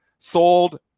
Sold